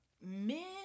Men